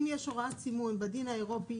אם יש הוראת סימון בדין האירופי,